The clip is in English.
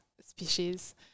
species